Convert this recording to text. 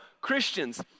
Christians